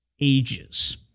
ages